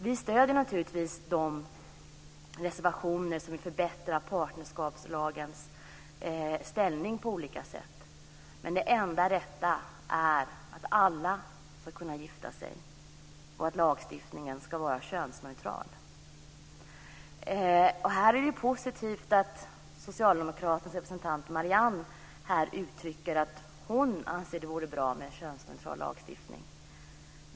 Vi stöder naturligtvis de reservationer som vill förbättra partnerskapslagens ställning på olika sätt, men det enda rätta är att alla ska kunna gifta sig och att lagstiftningen ska vara könsneutral. Här är det positivt att Socialdemokraternas representant Marianne Carlström uttrycker att hon anser att det vore bra med en könsneutral lagstiftning.